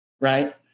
Right